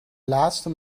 laatste